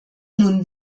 nun